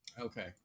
Okay